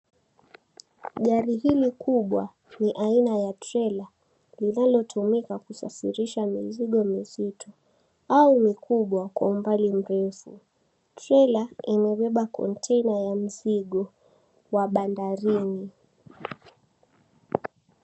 Gari hili kubwa ni aina ya trela linalotumika kusafirisha mizigo mizito, au ni kubwa kwa umbali mrefu trela imebeba kontena ya mzigo wa bandarini